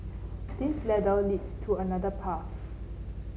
this ladder leads to another path